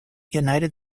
united